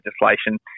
legislation